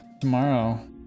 tomorrow